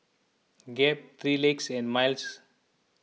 Gap three Legs and Miles